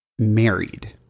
married